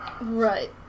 Right